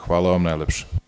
Hvala vam najlepše.